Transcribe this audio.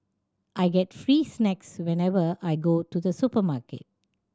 I get free snacks whenever I go to the supermarket